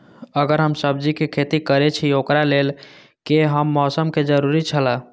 अगर हम सब्जीके खेती करे छि ओकरा लेल के हन मौसम के जरुरी छला?